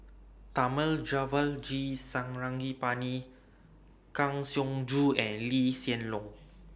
Thamizhavel G Sarangapani Kang Siong Joo and Lee Hsien Loong